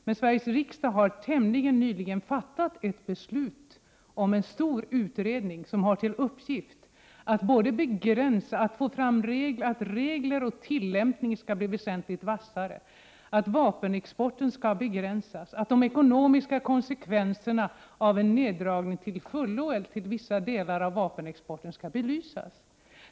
Men Sveriges riksdag har tämligen nyligen fattat ett beslut om en stor utredning som har till uppgift att komma med förslag om hur regler och tillämpning skall bli väsentligt vassare så att vapenexporten begränsas. Utredningen skall vidare belysa de ekonomiska konsekvenserna av en neddragning av vapenexporten, till fullo eller till vissa delar.